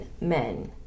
men